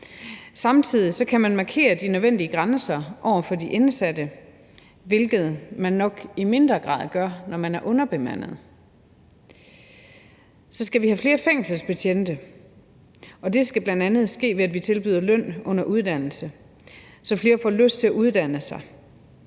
Samtidig kan man markere de nødvendige grænser over for de indsatte, hvilket man nok i mindre grad gør, når man er underbemandet. Så skal vi have flere fængselsbetjente, skal det bl.a. ske, ved at vi tilbyder løn under uddannelse, så flere får lyst til at uddanne sig.